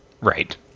Right